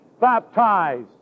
baptized